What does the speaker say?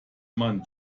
man